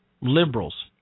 liberals